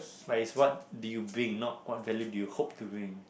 but is what do you bring not what value do you hope to bring